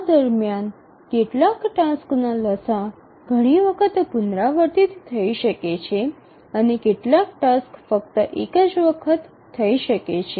આ દરમિયાન કેટલાક ટાસક્સના લસાઅ ઘણી વખત પુનરાવર્તિત થઈ શકે છે અને કેટલાક ટાસ્ક ફક્ત એક જ વાર થઈ શકે છે